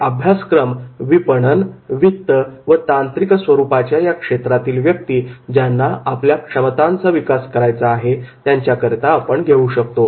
हे अभ्यासक्रम विपणन वित्त व तांत्रिक स्वरूपाच्या या क्षेत्रातील व्यक्ती ज्यांना आपल्या क्षमतांचा विकास करायचा आहे त्यांच्याकरिता आपण घेऊ शकतो